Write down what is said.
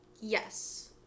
Yes